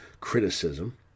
criticism